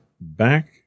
back